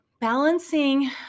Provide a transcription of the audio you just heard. balancing